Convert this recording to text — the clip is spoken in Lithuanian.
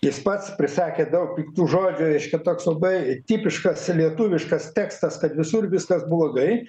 jis pats prisakė daug piktų žodžių reiškia toks labai tipiškas lietuviškas tekstas kad visur viskas blogai